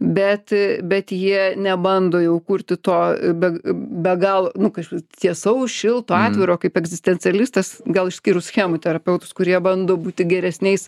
bet bet jie nebando jau kurti to beg be galo nu kažkas tiesaus šilto atviro kaip egzistencialistas gal išskyrus schemų terapeutus kurie bando būti geresniais